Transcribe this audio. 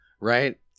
right